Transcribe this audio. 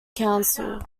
council